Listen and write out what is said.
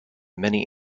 many